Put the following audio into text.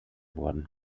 wurden